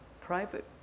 private